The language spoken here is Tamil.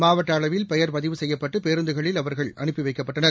மாவட்ட அளவில் பெயர் பதிவு செய்யப்பட்டு பேருந்துகளில் அவர்களில் அனுப்பி வைக்கப்பட்டனர்